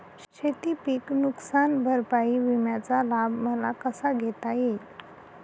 शेतीपीक नुकसान भरपाई विम्याचा लाभ मला कसा घेता येईल?